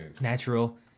Natural